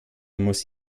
muss